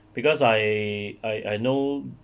because I I I know